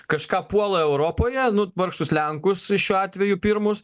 kažką puola europoje nu vargšus lenkus šiuo atveju pirmus